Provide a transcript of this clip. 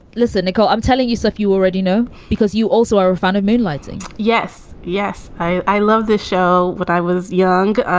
listen, nicole, i'm telling you stuff you already know because you also are fond of moonlighting yes. yes. i love this show. but i was young.